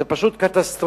זה פשוט קטסטרופה.